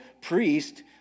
priest